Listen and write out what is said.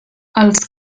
els